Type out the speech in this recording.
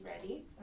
ready